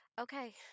Okay